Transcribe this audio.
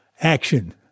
Action